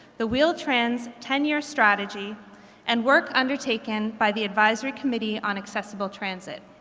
the wheel trans ten year strategy and work undertaken by the advisory committee on accessible transit.